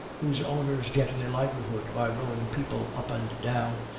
whose owners get their livelihood by rowing people up and down,